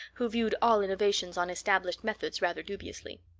who viewed all innovations on established methods rather dubiously.